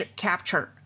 capture